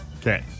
Okay